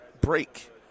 break